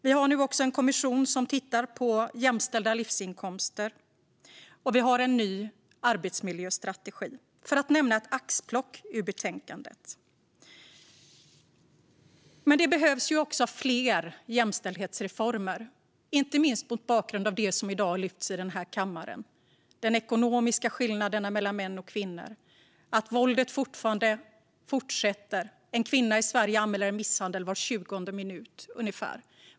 Vi har nu också en kommission som tittar på jämställda livsinkomster, och vi har en ny arbetsmiljöstrategi, för att nämna ett axplock ur betänkandet. Men det behövs fler jämställdhetsreformer, inte minst mot bakgrund av det som i dag lyfts fram i den här kammaren: de ekonomiska skillnaderna mellan män och kvinnor och att våldet fortsätter. I Sverige anmäler en kvinna en misshandel ungefär var tjugonde minut.